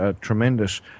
tremendous